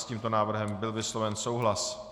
S tímto návrhem byl vysloven souhlas.